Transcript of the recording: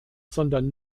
sondern